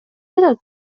жатат